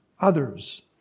others